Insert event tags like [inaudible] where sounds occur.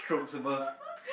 [laughs]